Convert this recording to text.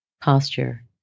posture